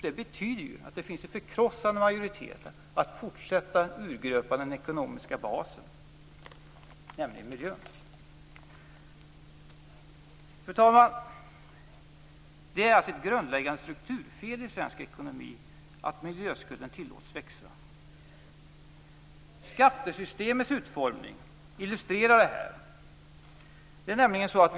Det betyder att det finns en förkrossande majoritet för en fortsatt urgröpning av den ekonomiska basen, nämligen miljön. Fru talman! Det är ett grundläggande strukturfel i svensk ekonomi att miljöskulden tillåts växa. Detta illustreras av skattesystemets utformning.